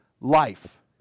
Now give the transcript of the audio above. Life